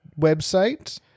website